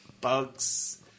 Bugs